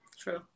True